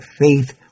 faith